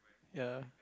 ya